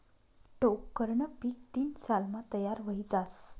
टोक्करनं पीक तीन सालमा तयार व्हयी जास